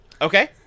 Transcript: Okay